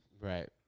Right